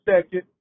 second